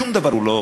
שום דבר הוא לא,